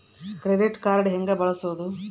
Credit card ಹೆಂಗ ಬಳಸೋದು?